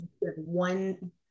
one